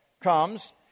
comes